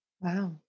Wow